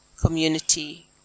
community